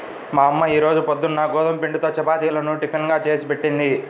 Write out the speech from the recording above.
మా అమ్మ ఈ రోజు పొద్దున్న గోధుమ పిండితో చపాతీలను టిఫిన్ గా చేసిపెట్టింది